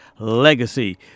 Legacy